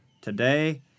Today